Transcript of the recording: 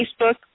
Facebook